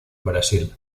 brasil